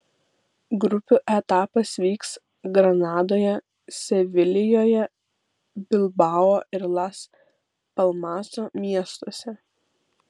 grupių etapas vyks granadoje sevilijoje bilbao ir las palmaso miestuose